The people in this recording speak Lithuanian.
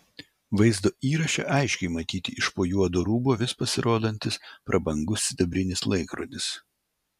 vaizdo įraše aiškiai matyti iš po juodo rūbo vis pasirodantis prabangus sidabrinis laikrodis